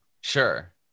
Sure